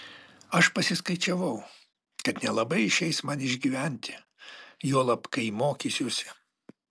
aš pasiskaičiavau kad nelabai išeis man išgyventi juolab kai mokysiuosi